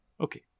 Okay